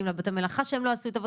ולבתי המלאכה שהם לא עשו את עבודתם.